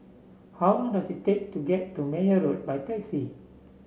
how long does it take to get to Meyer Road by taxi